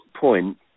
point